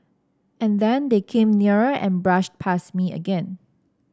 and then they came nearer and brushed past me again